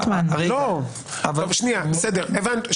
בסדר, הבנתי.